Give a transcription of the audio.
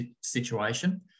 situation